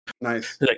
nice